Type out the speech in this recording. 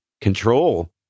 control